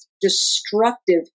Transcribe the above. destructive